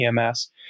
EMS